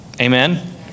Amen